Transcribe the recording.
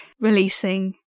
releasing